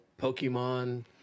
Pokemon